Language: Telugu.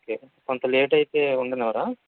ఓకే కొంత లేట్ అయితే ఉండనివ్వరా